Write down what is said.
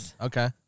Okay